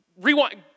Rewind